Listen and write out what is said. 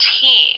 team